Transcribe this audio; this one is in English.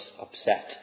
upset